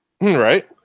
Right